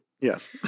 Yes